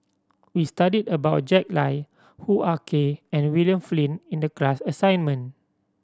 we studied about Jack Lai Hoo Ah Kay and William Flint in the class assignment